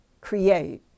create